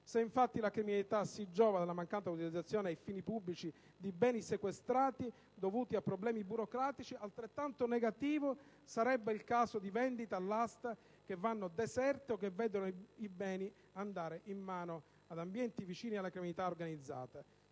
Se infatti la criminalità si giova della mancata utilizzazione a fini pubblici di beni sequestrati dovuta a problemi burocratici, altrettanto negativo sarebbe il caso di vendite all'asta che vanno deserte o che vedono i beni andare in mano ad ambienti vicini alla criminalità organizzata.